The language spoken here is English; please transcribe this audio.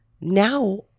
Now